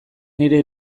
nire